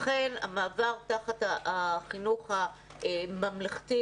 לכן המעבר תחת החינוך הממלכתי,